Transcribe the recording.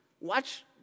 watch